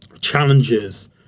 challenges